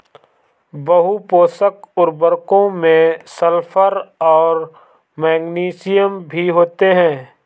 बहुपोषक उर्वरकों में सल्फर और मैग्नीशियम भी होते हैं